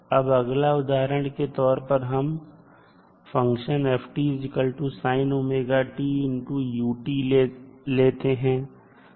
अब अगला उदाहरण के तौर पर हम फंक्शन f sinωt u को लेते हैं